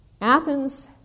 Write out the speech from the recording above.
Athens